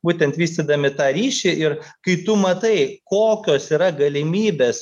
būtent vystydami tą ryšį ir kai tu matai kokios yra galimybės